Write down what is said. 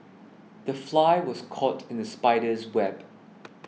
the fly was caught in the spider's web